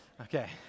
Okay